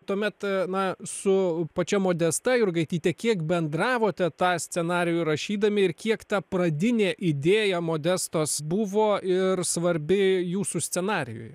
tuomet na su pačia modesta jurgaityte kiek bendravote tą scenarijų rašydami ir kiek ta pradinė idėja modestos buvo ir svarbi jūsų scenarijuj